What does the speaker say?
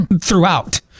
Throughout